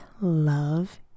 love